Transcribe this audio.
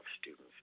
students